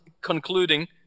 concluding